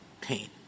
pain